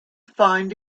find